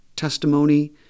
testimony